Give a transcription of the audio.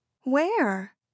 Where